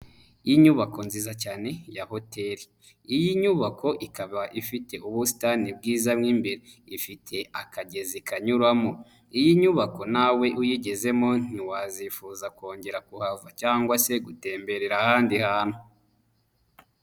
Inyubako nziza cyane ya hoteri. Iyi nyubako ikaba ifite ubusitani bwiza mo imbere. Ifite akagezi kanyuramo. Iyi nyubako nawe uyigezemo ntiwazifuza kongera kuhava cyangwa se gutemberera ahandi hantu.